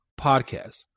podcast